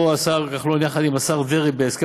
איך אנחנו יכולים לטפל בהם.